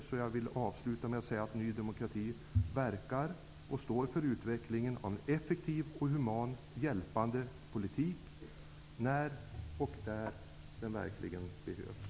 Därför vill jag avsluta med att säga att Ny demokrati verkar och står för utvecklingen av en effektiv och human hjälpande politik, när och där den verkligen behövs.